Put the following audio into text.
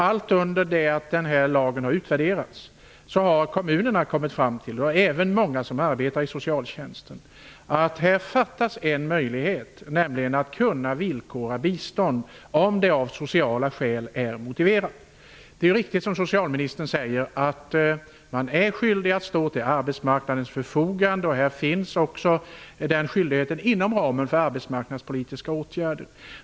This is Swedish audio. Allt under det att lagen har utvärderats så har kommunerna, och även många som arbetar inom socialtjänsten, kommit fram till att en möjlighet fattas, nämligen möjligheten att villkora bistånd om det av sociala skäl är motiverat. Det är riktigt, som socialministern sade, att man är skyldig att stå till arbetsmarknadens förfogande. Den skyldigheten finns också inom ramen för arbetsmarknadspolitiska åtgärder.